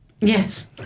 Yes